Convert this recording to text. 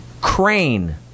crane